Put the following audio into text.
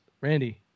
Randy